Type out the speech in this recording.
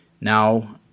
Now